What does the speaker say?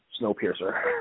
Snowpiercer